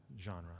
genre